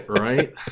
Right